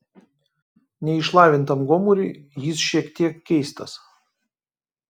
neišlavintam gomuriui jis šiek tiek keistas